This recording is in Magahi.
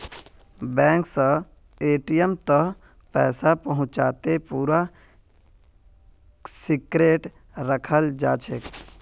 बैंक स एटीम् तक पैसा पहुंचाते पूरा सिक्रेट रखाल जाछेक